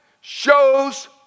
shows